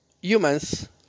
humans